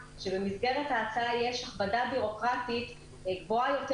שבמסגרת ההצעה יש הכבדה בירוקרטית גבוהה יותר